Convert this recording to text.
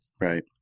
Right